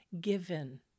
given